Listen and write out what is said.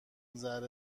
ذره